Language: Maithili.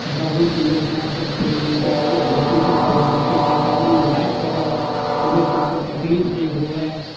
बहुत योजना सभ खोलि देलकै से हॉस्पिटल खोलि देलकै सरकारी ईलाज कराउ कोनो चीजके तकलीफ नहि हुए